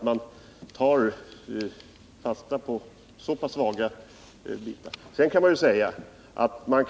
Man tar verkligen fasta på vaga bitar.